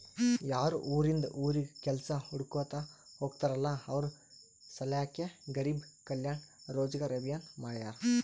ಯಾರು ಉರಿಂದ್ ಉರಿಗ್ ಕೆಲ್ಸಾ ಹುಡ್ಕೋತಾ ಹೋಗ್ತಾರಲ್ಲ ಅವ್ರ ಸಲ್ಯಾಕೆ ಗರಿಬ್ ಕಲ್ಯಾಣ ರೋಜಗಾರ್ ಅಭಿಯಾನ್ ಮಾಡ್ಯಾರ್